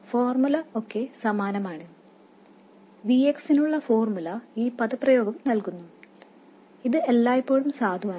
formula ഒക്കെ സമാനമാണ് Vx നുള്ള ഫോർമുല ഈ പദപ്രയോഗം നൽകുന്നു ഇത് എല്ലായ്പ്പോഴും സാധുവാണ്